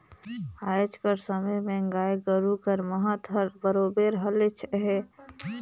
आएज कर समे में गाय गरू कर महत हर बरोबेर हलेच अहे